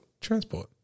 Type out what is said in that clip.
Transport